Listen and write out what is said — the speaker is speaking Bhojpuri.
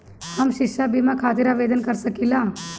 हम शिक्षा बीमा खातिर आवेदन कर सकिला?